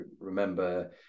remember